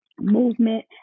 movement